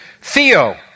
Theo